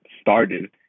started